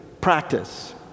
practice